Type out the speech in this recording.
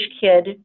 kid